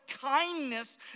kindness